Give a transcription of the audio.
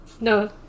No